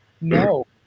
No